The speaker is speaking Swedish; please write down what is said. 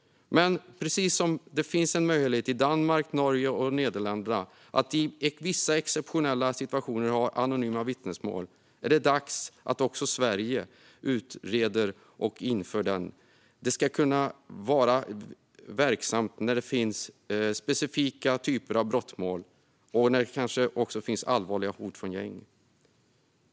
Och precis som det i Danmark, Norge och Nederländerna finns en möjlighet att i vissa exceptionella situationer ha anonyma vittnesmål är det dags att också Sverige utreder och inför den. Den ska kunna vara verksam i specifika typer av brottmål och när det finns allvarliga hot från gäng.